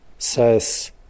says